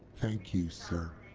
thank you, sir.